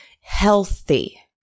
healthy